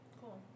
cool